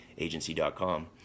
agency.com